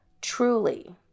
truly